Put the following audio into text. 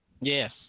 Yes